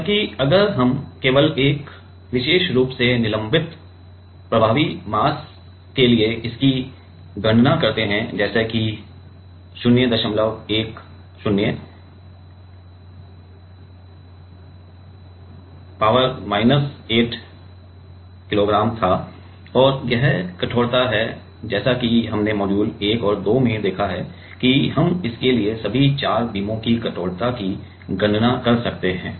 जबकि अगर हम केवल इस विशेष रूप से निलंबित के प्रभावी मास की गणना करते हैं जैसे कि 010 पावर माइनस 8 किग्रा था और यह कठोरता है जैसा कि हमने मॉड्यूल 1 और 2 में देखा है कि हम इसके लिए सभी 4 बीमों की कठोरता की गणना कर सकते हैं